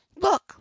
Look